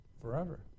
Forever